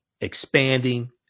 expanding